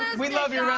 we love you, red